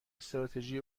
استراتژی